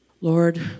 Lord